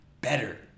better